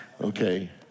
Okay